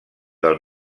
del